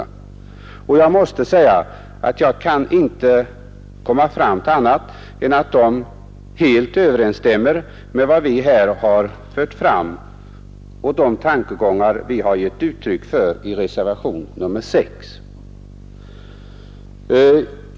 Jag kan inte förstå annat än att de helt överensstämmer med de tankegångar vi har givit uttryck för i reservationen och här i kammaren.